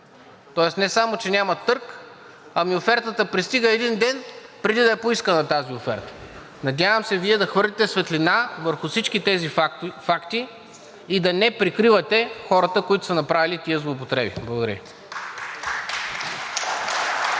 Тоест не само че няма търг, ами офертата пристига един ден преди да е поискана тази оферта. Надявам се Вие да хвърлите светлина върху всички тези факти и да не прикривате хората, които са направили тези злоупотреби. Благодаря